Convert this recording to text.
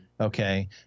Okay